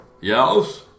Yes